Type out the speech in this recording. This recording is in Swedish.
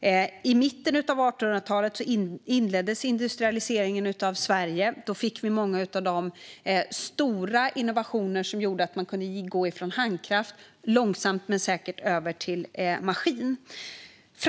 länder. I mitten av 1800-tyalet inleddes industrialiseringen av Sverige. Då fick vi många av de stora innovationer som gjorde att man långsamt men säkert kunde gå från handkraft till maskinkraft.